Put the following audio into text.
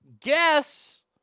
guess